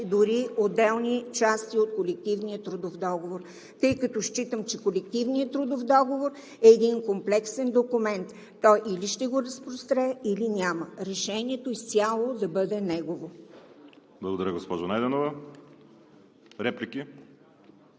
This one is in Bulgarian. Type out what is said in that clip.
дори отделни части от колективния трудов договор. Тъй като считам, че колективният трудов договор е един комплексен документ, той или ще го разпростре, или няма – решението изцяло да бъде негово. ПРЕДСЕДАТЕЛ ВАЛЕРИ СИМЕОНОВ: Благодаря, госпожо Найденова. Реплики?